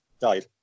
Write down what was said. died